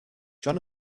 john